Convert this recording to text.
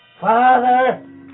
Father